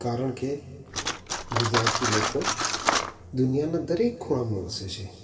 કારણ કે ગુજરાતી લોકો દુનિયાના દરેક ખૂણામાં વસે છે